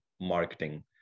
marketing